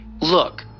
Look